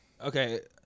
Okay